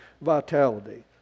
vitality